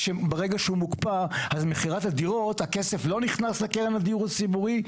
ברגע שהוא מוקפא אז ממכירת הדירות הכסף לא נכנס לדיור הציבורי,